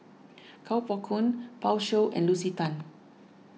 Kuo Pao Kun Pan Shou and Lucy Tan